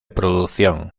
producción